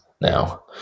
now